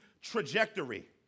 trajectory